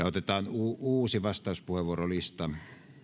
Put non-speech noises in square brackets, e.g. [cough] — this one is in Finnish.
[unintelligible] otetaan uusi vastauspuheenvuorolista